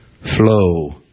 flow